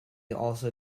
also